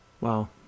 Wow